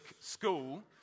school